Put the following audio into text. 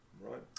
right